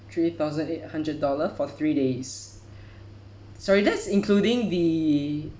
three thousand eight hundred dollar for three days sorry that's including the